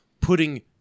putting